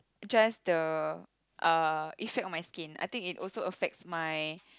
just the uh effect on my skin I think it also affects my